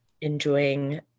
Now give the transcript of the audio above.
enjoying